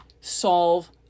solve